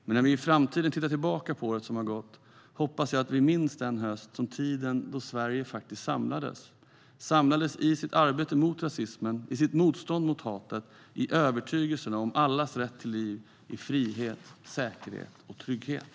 Men när vi i framtiden tittar tillbaka på året som gått hoppas jag att vi minns denna höst som tiden då Sverige faktiskt samlades - samlades i sitt arbete mot rasismen, i sitt motstånd mot hatet och i övertygelsen om allas rätt till ett liv i frihet, säkerhet och trygghet.